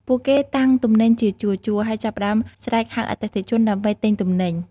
ពួកគេតាំងទំនិញជាជួរៗ ហើយចាប់ផ្តើមស្រែកហៅអតិថិជនដើម្បីទិញទំនិញ។